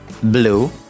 blue